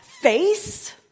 face